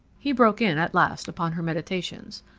he broke in at last upon her meditations.